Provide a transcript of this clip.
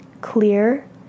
Clear